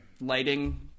lighting